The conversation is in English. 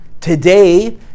Today